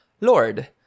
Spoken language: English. Lord